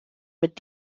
mit